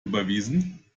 überwiesen